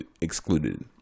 excluded